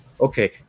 okay